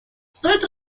стоит